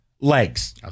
legs